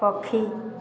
ପକ୍ଷୀ